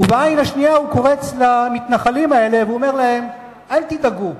ובעין השנייה הוא קורץ למתנחלים האלה ואומר להם: אל תדאגו,